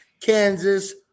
Kansas